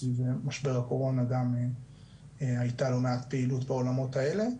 סביב משבר הקורונה גם היתה לא מעט פעילות בעולמות האלה.